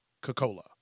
Coca-Cola